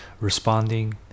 Responding